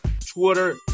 Twitter